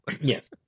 Yes